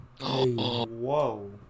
whoa